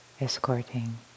escorting